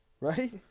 Right